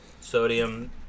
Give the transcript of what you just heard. Sodium